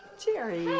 jerry!